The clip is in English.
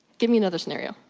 give me another scenario.